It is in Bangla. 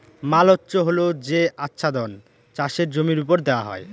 মালচ্য হল যে আচ্ছাদন চাষের জমির ওপর দেওয়া হয়